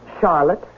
Charlotte